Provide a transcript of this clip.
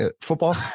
Football